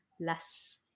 less